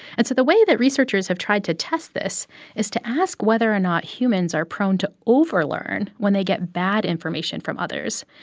and so the way that researchers have tried to test this is to ask whether or not humans are prone to overlearn when they get bad information from others.